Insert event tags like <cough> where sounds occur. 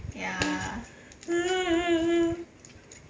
<noise>